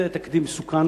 זה תקדים מסוכן,